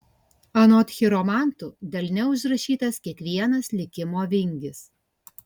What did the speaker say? anot chiromantų delne užrašytas kiekvienas likimo vingis